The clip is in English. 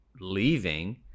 leaving